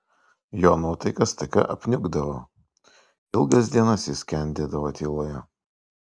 jo nuotaika staiga apniukdavo ilgas dienas jis skendėdavo tyloje